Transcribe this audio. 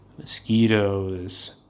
Mosquitoes